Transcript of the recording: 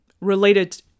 related